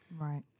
Right